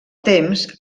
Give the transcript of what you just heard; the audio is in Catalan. temps